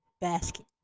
basket